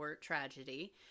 Tragedy